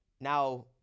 Now